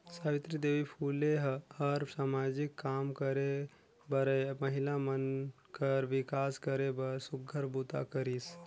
सावित्री देवी फूले ह हर सामाजिक काम करे बरए महिला मन कर विकास करे बर सुग्घर बूता करिस